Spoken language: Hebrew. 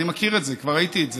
אני מכיר את זה, כבר ראיתי את זה.